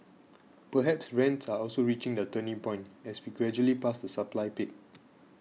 perhaps rents are also reaching their turning point as we gradually pass the supply peak